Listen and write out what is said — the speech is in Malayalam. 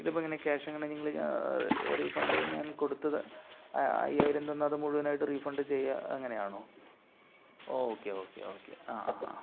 ഇതിപ്പോൾ എങ്ങനെയാണ് ക്യാഷ് എങ്ങനെയാണ് നിങ്ങൾ റീഫണ്ട് ഞാൻ കൊടുത്തത് അയ്യായിരം തന്ന അത് മുഴുവനായിട്ട് റീഫണ്ട് ചെയ്യുക അങ്ങനെയാണോ ഓക്കെ ഓക്കെ ഓക്കെ ആ ആ ആ